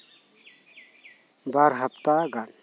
ᱵᱟᱨ ᱦᱟᱯᱛᱟ ᱜᱟᱱ